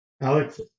Alex